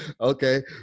Okay